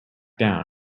down